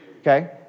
okay